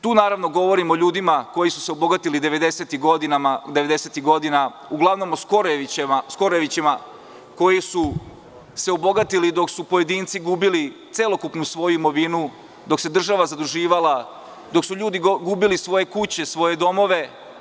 Tu, naravno, govorim o ljudima koji su se obogatili 90-ih godina, uglavnom o skorojevićima koji su se obogatili dok su pojedinci gubili svoju celokupnu imovinu, dok se država zaduživala, dok su ljudi gubili svoje kuće, svoje domove.